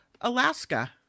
Alaska